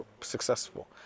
successful